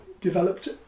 developed